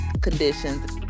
conditions